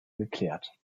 geklärt